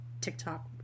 TikTok